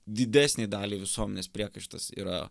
didesnei daliai visuomenės priekaištas yra